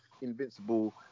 Invincible